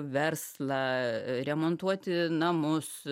verslą remontuoti namus